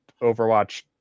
Overwatch